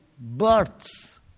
births